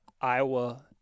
Iowa